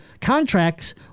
Contracts